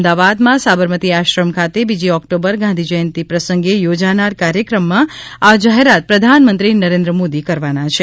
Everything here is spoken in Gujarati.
અમદાવાદમાં સાબરમતી આશ્રમ ખાતે બીજી ઓક્ટોબર ગાંધી જયંતિ પ્રસંગે યોજાનાર કાર્યક્રમમાં આ જાહેરાત પ્રધાનમંત્રી નરેન્દ્ર મોદી કરવાના છે